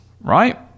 right